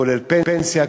כולל פנסיה,